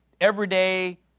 everyday